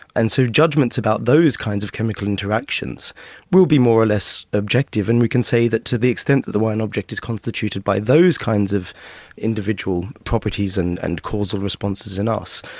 and so judgments about those kinds of chemical interactions will be more or less objective, and we can say that to the extent that the wine object is constituted by those kinds of individual properties and and causal responses in us,